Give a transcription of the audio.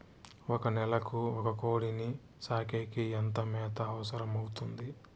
ఒక నెలకు ఒక కోడిని సాకేకి ఎంత మేత అవసరమవుతుంది?